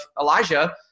Elijah